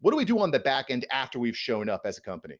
what do we do on the back end after we've shown up as a company?